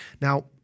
Now